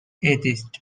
atheist